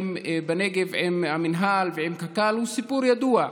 בנגב עם המינהל ועם קק"ל הוא סיפור ידוע,